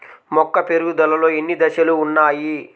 మొక్క పెరుగుదలలో ఎన్ని దశలు వున్నాయి?